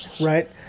right